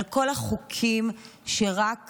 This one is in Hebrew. על כל החוקים שרק